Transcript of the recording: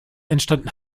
entstanden